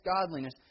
godliness